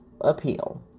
appeal